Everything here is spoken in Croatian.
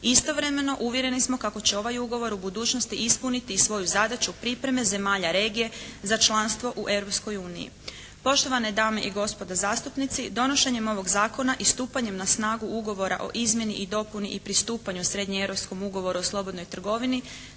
Istovremeno uvjereni smo kako će ovaj ugovor u budućnosti ispuniti i svoju zadaću pripreme zemalja regije za članstvo u Europskoj uniji. Poštovane dame i gospodo zastupnici donošenjem ovog Zakona i stupanjem na snagu Ugovora o izmjeni i dopuni i pristupanju Srednjoeuropskom ugovoru o slobodnoj trgovini